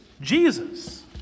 Jesus